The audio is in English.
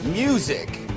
Music